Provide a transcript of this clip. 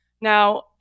Now